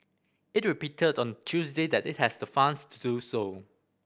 it repeated on Tuesday that it has the funds to do so